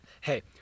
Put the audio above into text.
Hey